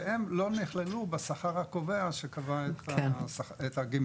שהן לא נכללו בשכר הקובע שקבע את הגמלה.